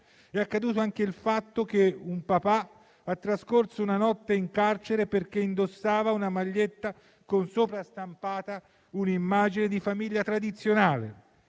è accaduto anche che un papà abbia trascorso una notte in carcere perché indossava una maglietta con sopra stampata un'immagine di famiglia tradizionale.